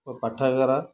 ପାଠାଗର